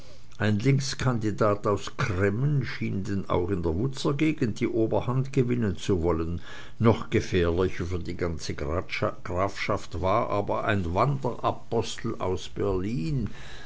ein linkskandidat aus cremmen schien denn auch in der wutzer gegend die oberhand gewinnen zu sollen noch gefährlicher für die ganze grafschaft war aber ein wanderapostel aus berlin